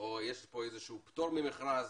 או שיש פה איזשהו פטור ממכרז.